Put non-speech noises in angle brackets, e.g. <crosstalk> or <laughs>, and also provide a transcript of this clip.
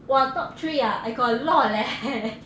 !wah! top three ah I got a lot leh <laughs>